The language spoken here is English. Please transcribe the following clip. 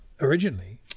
originally